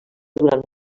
durant